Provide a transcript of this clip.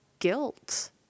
Guilt